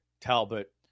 Talbot